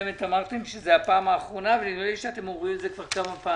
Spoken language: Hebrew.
חברת נצר השרון בע"מ (להלן: "נצר השרון" או "החברה")